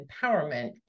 empowerment